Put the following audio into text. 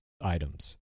items